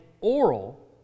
oral